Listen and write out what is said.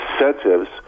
incentives